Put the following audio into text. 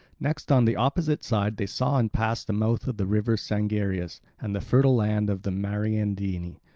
next, on the opposite side they saw and passed the mouth of the river sangarius and the fertile land of the mariandyni,